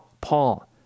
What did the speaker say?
Paul